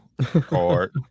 card